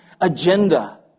agenda